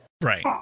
Right